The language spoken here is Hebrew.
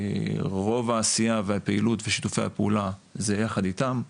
רוב העשייה והפעילות ושיתופי הפעולה זה יחד איתם.